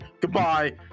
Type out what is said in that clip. goodbye